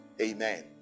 Amen